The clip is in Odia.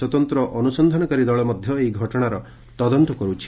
ସ୍ୱତନ୍ତ୍ର ଅନୁସନ୍ଧାନକାରୀ ଦଳ ମଧ୍ୟ ଏହି ଘଟଣାର ତଦନ୍ତ କରୁଛି